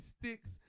sticks